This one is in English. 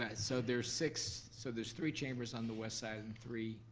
ah so there's six, so there's three chambers on the westside and three,